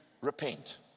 repent